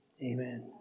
Amen